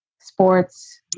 sports